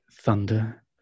Thunder